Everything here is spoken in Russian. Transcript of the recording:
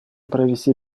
провести